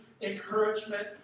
encouragement